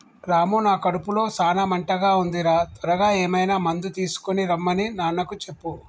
రాము నా కడుపులో సాన మంటగా ఉంది రా త్వరగా ఏమైనా మందు తీసుకొనిరమన్ని నాన్నకు చెప్పు